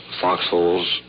foxholes